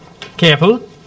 Careful